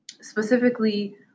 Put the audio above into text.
specifically